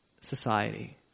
society